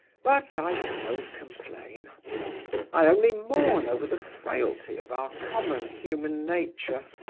but i don't complain i only mourn over the frailty of our common human nature.